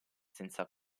senza